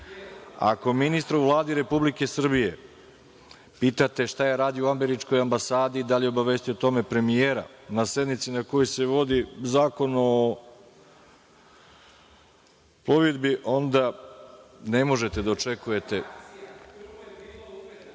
ako ministra u Vladi Republike Srbije pitate šta je radio u američkoj ambasadi, da li je obavestio o tome premijera na sednici na kojoj je Zakon o plovidbi, onda ne možete da očekujte…(Nemanja